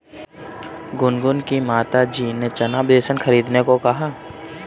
गुनगुन की माताजी ने चना बेसन खरीदने को कहा